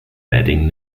batting